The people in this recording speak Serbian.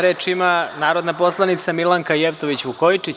Reč ima narodna poslanica Milanka Jevtović Vukojičić.